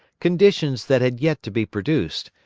conditions that had yet to be produced,